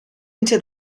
into